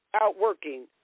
outworking